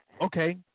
Okay